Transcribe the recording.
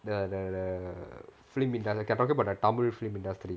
the the the film indu~ okay talking about the tamil film industry